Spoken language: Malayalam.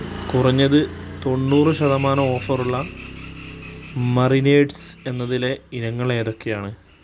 കുറഞ്ഞത് തൊണ്ണൂറ് ശതമാനം ഓഫറുള്ള മറിനേഡ്സ് എന്നതിലെ ഇനങ്ങളേതക്കെയാണ്